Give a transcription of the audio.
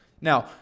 Now